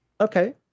Okay